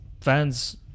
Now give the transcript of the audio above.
fans